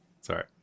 Sorry